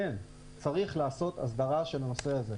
שכן צריך לעשות הסדרה של הנושא הזה.